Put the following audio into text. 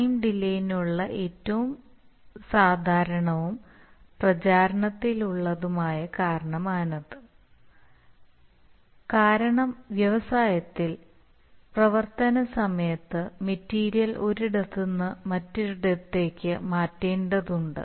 time ഡിലേനുള്ള ഏറ്റവും സാധാരണവും പ്രചാരത്തിലുള്ളതുമായ കാരണമാണിത് കാരണം വ്യവസായത്തിൽ പ്രവർത്തന സമയത്ത് മെറ്റീരിയൽ ഒരിടത്തു നിന്ന് മറ്റൊരിടത്തേക്ക് മാറ്റേണ്ടതുണ്ട്